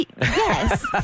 Yes